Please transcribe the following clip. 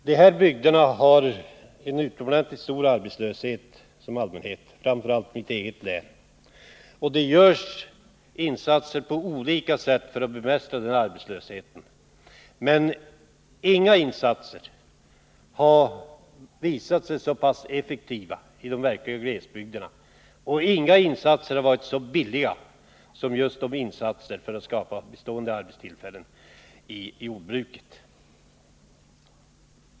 De här bygderna har i allmänhet en utomordentligt stor arbetslöshet, framför allt mitt eget län. Det görs insatser på olika sätt för att bemästra den arbetslösheten, men inga insatser har visat sig så pass effektiva i de verkliga glesbygderna och inga insatser har varit så billiga som just de som har gjorts för att skapa bestående arbetstillfällen i jordbruket.